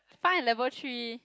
find a level three